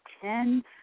ten